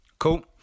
Cool